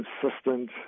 consistent